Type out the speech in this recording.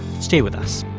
stay with us.